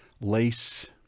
lace